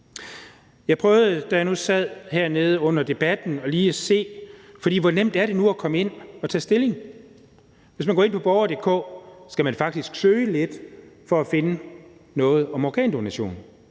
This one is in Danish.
tage stilling. Da jeg sad her under debatten prøvede jeg lige at se, hvor nemt det er at komme ind og tage stilling. Hvis man går ind på borger.dk, skal man faktisk søge lidt for at finde noget om organdonation.